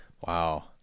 Wow